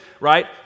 right